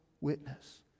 witness